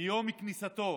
מיום כניסתו